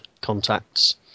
Contacts